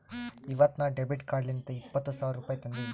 ಇವತ್ ನಾ ಡೆಬಿಟ್ ಕಾರ್ಡ್ಲಿಂತ್ ಇಪ್ಪತ್ ಸಾವಿರ ರುಪಾಯಿ ತಂದಿನಿ